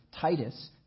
Titus